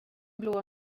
blå